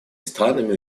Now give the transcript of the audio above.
странами